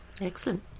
Excellent